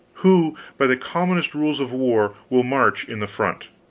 who, by the commonest rules of war, will march in the front?